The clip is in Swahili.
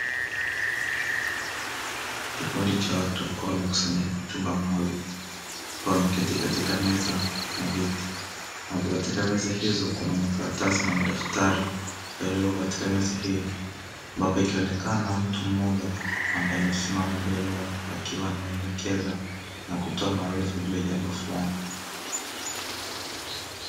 Kikundi cha watu wa makusanyiko mchumba maalum katika meza na vyeti wako katika meza hizo kuna makaratasi na madaftari yaliyoko katika meza hiyo mape ikionekana mtu mmoja ambaye amesimama mbele yao akiwa na maelekezo na kutoa maarifa juu ya jambo fulani.